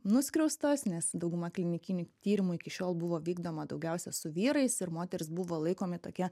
nuskriaustos nes dauguma klinikinių tyrimų iki šiol buvo vykdoma daugiausia su vyrais ir moterys buvo laikomi tokie